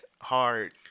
hard